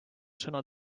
sõna